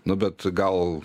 nu bet gal